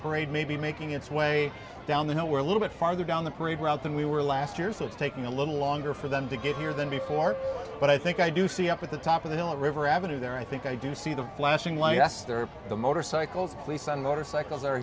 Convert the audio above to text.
parade may be making its way down the hill where a little bit farther down the parade route than we were last year so it's taking a little longer for them to get here than before but i think i do see up at the top of the hill river avenue there i think i do see the flashing lights there the motorcycles police on motorcycles are